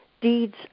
deeds